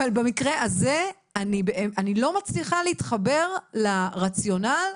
אבל במקרה הזה אני לא מצליחה להתחבר לרציונל.